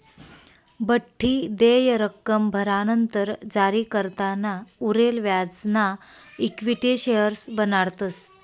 बठ्ठी देय रक्कम भरानंतर जारीकर्ताना उरेल व्याजना इक्विटी शेअर्स बनाडतस